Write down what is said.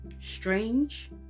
strange